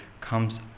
comes